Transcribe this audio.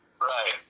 Right